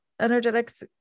energetics